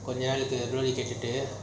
ஏன் ஆளுக்கு கட்டிட்டு:yean aaluku kattitu